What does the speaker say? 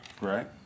Right